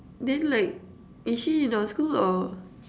then like is she in our school or